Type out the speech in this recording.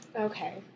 Okay